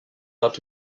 loved